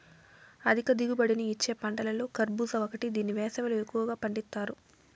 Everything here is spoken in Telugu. అధిక దిగుబడిని ఇచ్చే పంటలలో కర్భూజ ఒకటి దీన్ని వేసవిలో ఎక్కువగా పండిత్తారు